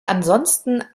ansonsten